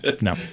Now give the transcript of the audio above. No